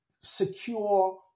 secure